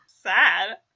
Sad